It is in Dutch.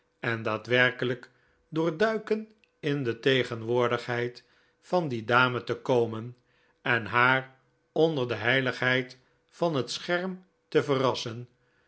en daadwerkelijk door duiken in de tegenwoordigheid van die dame te komen en haar onder de heiligheid van het scherm te verrassen